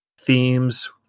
themes